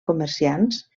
comerciants